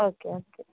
okay okay